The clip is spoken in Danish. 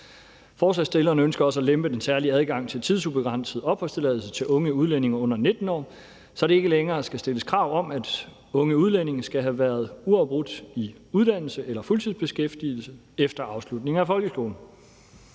Forslagsstillerne ønsker også at lempe den særlige adgang til tidsubegrænset opholdstilladelse til unge udlændinge under 19 år, så der ikke længere skal stilles krav om, at unge udlændinge skal have været uafbrudt i uddannelse eller fuldtidsbeskæftigelse efter afslutning folkeskolen.